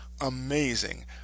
amazing